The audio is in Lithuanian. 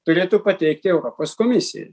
turėtų pateikti europos komisijai